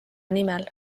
nimel